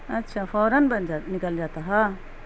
اچھا فوراً بن جا نکل جاتا ہے